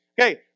Okay